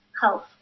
health